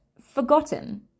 forgotten